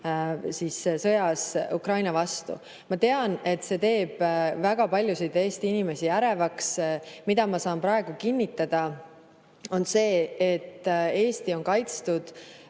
mehi sõtta Ukraina vastu. Ma tean, et see teeb väga paljusid Eesti inimesi ärevaks. Mida ma saan praegu kinnitada, on see, et Eesti on kaitstud.